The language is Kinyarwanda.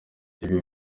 ibi